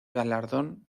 galardón